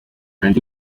andy